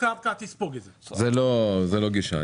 זו לא גישה.